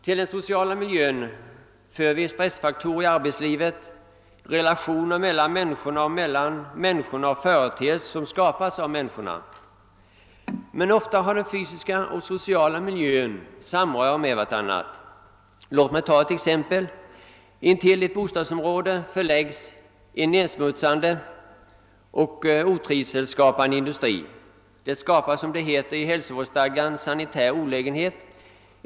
Till den sociala miljön för vi stressfaktorer i arbetslivet och i relationerna mellan människorna och mellan människorna och företeelser som skapats av människorna. Ofta har dock den fysiska och den, sociala miljön samröre med varandra. Låt mig ta ett exempel. Intill ett bostadsområde förläggs en nedsmutsande och otrivselskapande industri. Då vållas, som det heter i hälsovårdsstadgan, sanitär olägenhet.